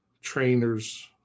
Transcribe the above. trainers